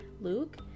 luke